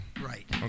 right